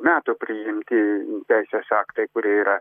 metų priimti teisės aktai kurie yra